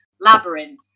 labyrinth